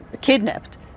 kidnapped